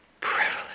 privilege